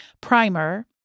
Primer